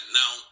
now